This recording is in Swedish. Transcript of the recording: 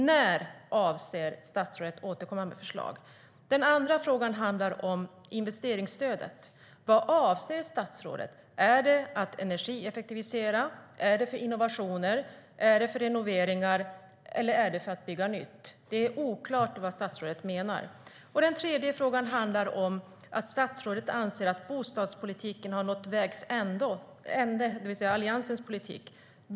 När avser statsrådet att återkomma med förslag? Den tredje frågan handlar om att statsrådet anser att Alliansens bostadspolitik nått vägs ände.